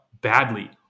badly